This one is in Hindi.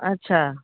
अच्छा